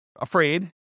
afraid